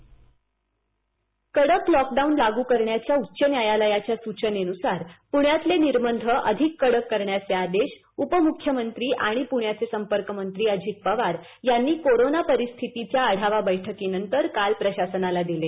VC कडक lockdown लागू करण्याच्या उच्च न्यायालयाच्या सूचनेनुसार पुण्यातले निर्बंध आणखी कडक करण्याचे आदेश उपमुख्यमंत्री आणि पुण्याचे संपर्कमंत्री अजित पवार यांनी कोरोनाच्या परिस्थितीच्या आढावा बैठकीनंतर काल प्रशासनाला दिले